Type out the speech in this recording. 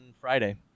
Friday